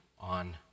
on